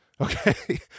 Okay